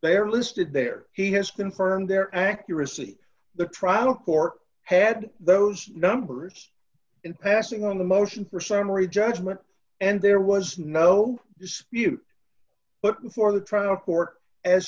they are listed there he has been firm their accuracy the trial court had those numbers in passing on the motion for summary judgment and there was no dispute but before the trial court as